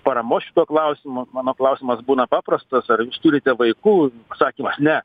paramos šituo klausimu mano klausimas būna paprastas ar jūs turite vaikų atsakymas ne